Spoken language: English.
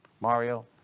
Mario